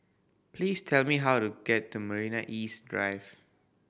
please tell me how to get to Marina East Drive